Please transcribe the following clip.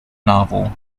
novel